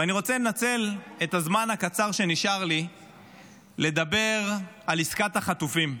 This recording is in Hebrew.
ואני רוצה לנצל את הזמן הקצר שנשאר לי לדבר על עסקת החטופים.